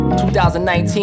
2019